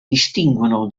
distinguono